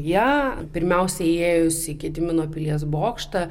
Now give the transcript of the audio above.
ją pirmiausia įėjus į gedimino pilies bokštą